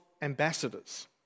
ambassadors